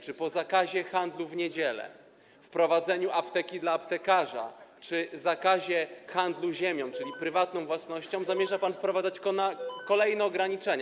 Czy po zakazie handlu w niedziele, wprowadzeniu apteki dla aptekarza czy zakazie handlu ziemią, czyli prywatną własnością, zamierza pan wprowadzać kolejne ograniczenia?